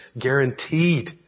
Guaranteed